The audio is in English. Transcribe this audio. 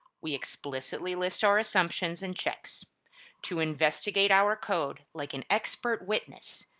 we explicitly list our assumptions and checks to investigate our code like an expert witness,